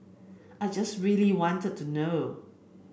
I just really wanted to know